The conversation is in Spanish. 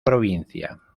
provincia